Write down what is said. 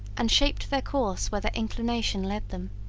and shaped their course where their inclination led them.